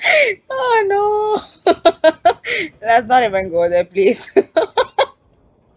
oh no let's not even go there please